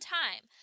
time